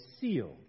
seal